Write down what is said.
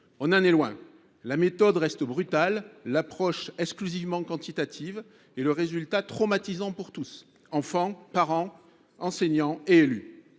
On en est loin ! La méthode reste brutale, l’approche exclusivement quantitative et le résultat, traumatisant pour tous, enfants, parents, enseignants et élus.